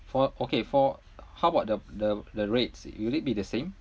for okay for how about the the the rates will it be the same